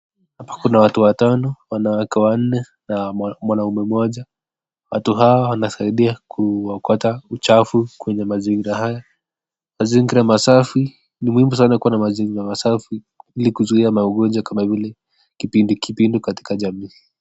Hapa kuna watu watano, wanawake wanne na mwanaume mmoja. Watu hawa wanasaidia kuokota uchafu kwenye mazingira haya. Mazingira masafi ni muhimu sana kuwa na mazingira masafi ili kuzuia maugonjwa kama vile kipindu kipindu katika jamii.